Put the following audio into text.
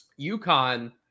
UConn